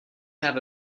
have